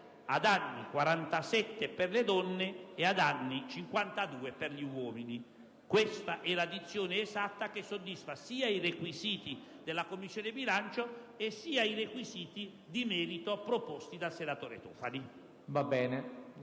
di anni 47 per le donne e di anni 52 per gli uomini». Questa è la dizione esatta che soddisfa sia i requisiti della Commissione bilancio che i requisiti di merito proposti dal senatore Tofani.